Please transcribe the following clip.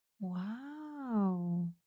Wow